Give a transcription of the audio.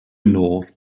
north